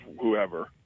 whoever –